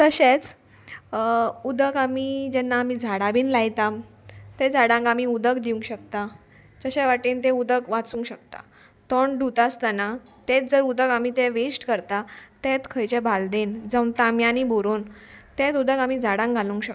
तशेंच उदक आमी जेन्ना आमी झाडां बीन लायता ते झाडांक आमी उदक दिवंक शकता जशे वाटेन तें उदक वाचूंक शकता तोंड धुता आसतना तेंच जर उदक आमी तें वेस्ट करता तेंच खंयचे बालदेन जावं तांब्यांनी भरून तेंच उदक आमी झाडांक घालूंक शकता